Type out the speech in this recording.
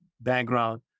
background